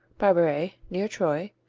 barberey, near troyes,